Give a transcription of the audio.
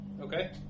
Okay